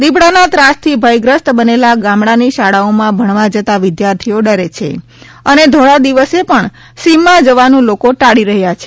દીપડાના ત્રાસથી ભયગ્રસ્ત બનેલા ગામડાની શાળાઓમાં ભણવા જતાં વિદ્યાર્થીઓ ડરે છે અને ધોળા દિવસે પણ સિમમાં જવાનું લોકો ટાળી રહ્યા છે